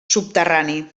subterrani